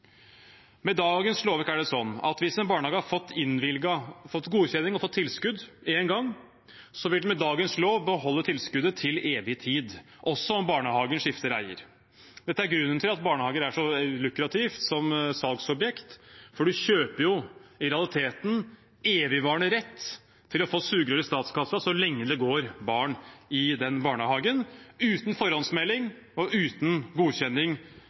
Med dagens lovverk er det sånn at hvis en barnehage har fått godkjenning og fått innvilget tilskudd én gang, vil den med dagens lov beholde tilskuddet til evig tid, også om barnehagen skifter eier. Dette er grunnen til at barnehager er så lukrative som salgsobjekt, for man kjøper i realiteten en evigvarende rett til å få et sugerør i statskassa så lenge det går barn i den barnehagen – uten forhåndsmelding eller godkjenning